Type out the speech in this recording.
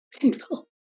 Painful